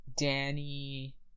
Danny